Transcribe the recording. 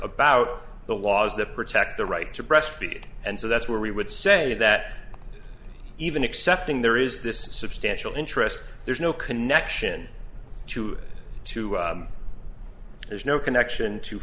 about the laws that protect the right to breastfeed and so that's where we would say that even accepting there is this substantial interest there's no connection to it to there's no connection to